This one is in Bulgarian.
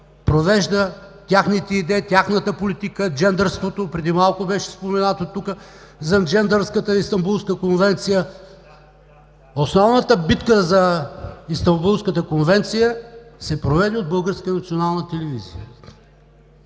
провежда техните идеи, тяхната политика, джендърството. Преди малко беше споменато тук за джендърската Истанбулска конвенция. (Реплики.) Основната битка за Истанбулската конвенция се проведе от